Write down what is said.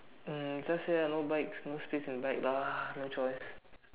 um just say I no bike no space in bike lah no choice